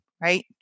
right